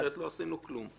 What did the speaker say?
אחרת לא עשינו כלום.